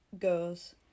goes